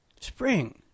spring